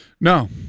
no